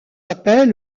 appel